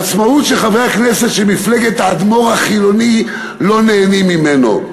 עצמאות שחברי הכנסת של מפלגת האדמו"ר החילוני לא נהנים ממנה.